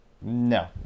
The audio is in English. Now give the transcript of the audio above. No